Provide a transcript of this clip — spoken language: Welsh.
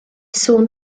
sŵn